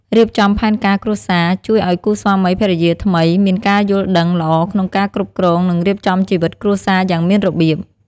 រៀបចំផែនការគ្រួសារ ជួយឲ្យគូស្វាមីភរិយាថ្មីមានការយល់ដឹងល្អក្នុងការគ្រប់គ្រង និងរៀបចំជីវិតគ្រួសារយ៉ាងមានរបៀប។